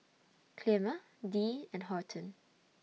Clemma Dee and Horton